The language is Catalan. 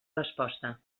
resposta